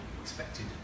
expected